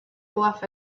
bluff